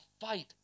fight